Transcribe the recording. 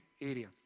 area